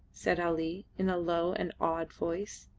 said ali, in a low and awed voice.